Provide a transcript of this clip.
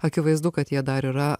akivaizdu kad jie dar yra